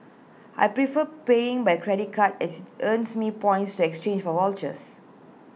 I prefer paying by credit card as IT earns me points to exchange for vouchers